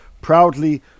proudly